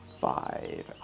five